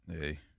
Hey